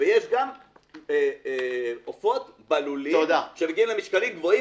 ויש גם עופות בלולים שמגיעים למשקלים גבוהים